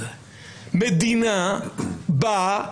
מדינה באה,